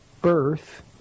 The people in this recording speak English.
birth